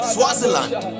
Swaziland